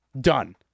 Done